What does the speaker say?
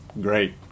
great